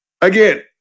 again